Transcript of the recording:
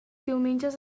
diumenges